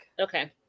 Okay